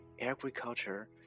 agriculture